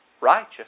righteous